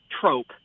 trope